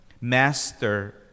Master